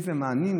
איזה מענים.